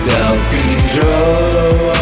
Self-control